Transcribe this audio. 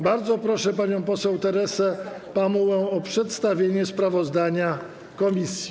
Bardzo proszę panią poseł Teresę Pamułę o przedstawienie sprawozdania komisji.